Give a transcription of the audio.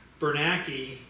Bernanke